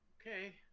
Okay